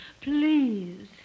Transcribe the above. please